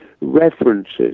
references